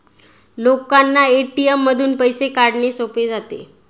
लोकांना ए.टी.एम मधून पैसे काढणे सोपे जाते